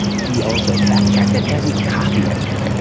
he also fact checked it and he copy edited it.